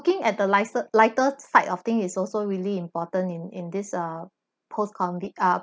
looking at the liser lighter side of things is also really important in in this uh post-conv~ uh